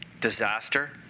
disaster